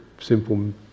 simple